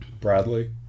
Bradley